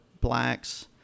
blacks